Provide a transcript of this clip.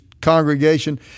congregation